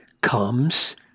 comes